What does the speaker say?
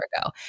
ago